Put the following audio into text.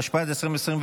התשפ"ד 2024,